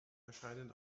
erscheinen